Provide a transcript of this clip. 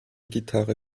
gitarre